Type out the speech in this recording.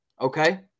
Okay